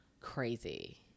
Crazy